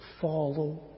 follow